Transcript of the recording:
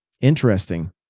interesting